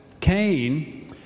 Cain